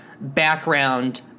background